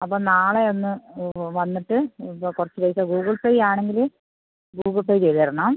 അപ്പം നാളെ ഒന്ന് ഇത് വന്നിട്ട് ഇത് കുറച്ച് പൈസ ഗൂഗിൾ പേ ആണെങ്കിൽ ഗൂഗിൾ പേ ചെയ്ത് തരണം